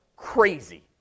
crazy